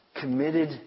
committed